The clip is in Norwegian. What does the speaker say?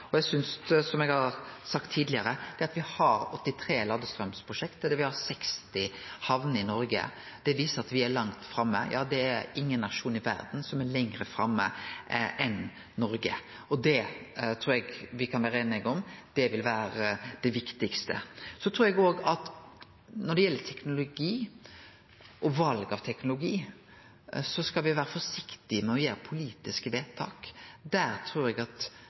Som eg har sagt tidlegare: Det at me har 83 ladestraumsprosjekt og 60 hamner i Noreg, viser at me er langt framme – ja, det er ingen nasjon i verda som er lenger framme enn Noreg. Det trur eg me kan vere einige om vil vere det viktigaste. Eg trur òg at når det gjeld teknologi og val av teknologi, skal me vere forsiktige med å gjere politiske vedtak. Der trur eg at